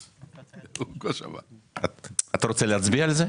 אתה רוצה להצביע על זה?